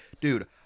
dude